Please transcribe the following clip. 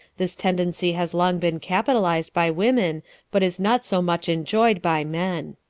this tendency has long been capitalized by women but is not so much enjoyed by men.